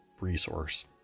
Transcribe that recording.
resource